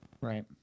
Right